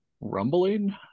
Rumbling